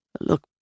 Look